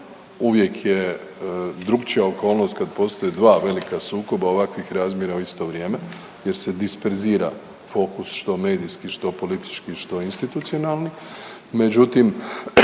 uvijek je drukčija okolnost kad postoje dva velika sukoba ovakvih razmjera u isto vrijeme jer se disperzira fokus što medijski, što politički, što institucionalni.